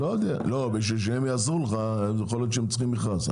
בשביל שהם יעזרו לך, אולי צריך מכרז.